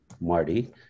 Marty